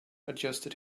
adjusted